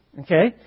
okay